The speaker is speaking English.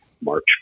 March